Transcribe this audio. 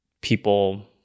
people